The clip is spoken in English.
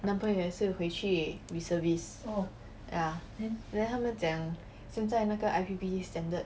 男朋友也是回去 reservist ya then 他们讲现在那个 I_P_P_T standard